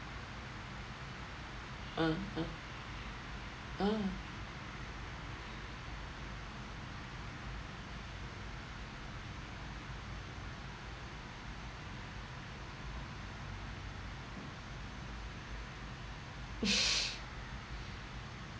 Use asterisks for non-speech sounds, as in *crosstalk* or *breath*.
uh uh uh *breath*